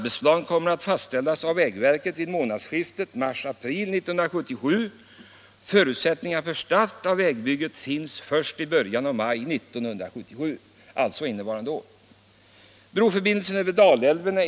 En motionsfråga är en broförbindelse över Dalälven.